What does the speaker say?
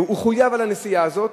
הוא חויב על הנסיעה הזאת,